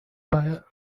fire